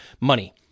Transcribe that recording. Money